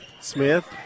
Smith